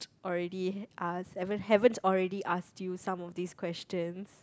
already ask have haven't already ask you some of this questions